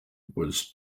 was